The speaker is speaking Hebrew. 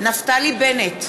נפתלי בנט,